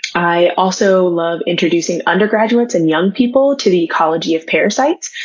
i also love introducing undergraduates and young people to the ecology of parasites.